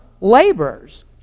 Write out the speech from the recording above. laborers